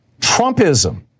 Trumpism